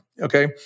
Okay